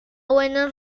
buenos